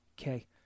Okay